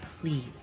Please